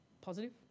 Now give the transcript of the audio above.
positive